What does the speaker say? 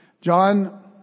John